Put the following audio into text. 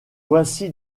voici